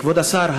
כבוד השר,